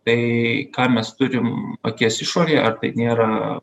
tai ką mes turim akies išorėj ar tai nėra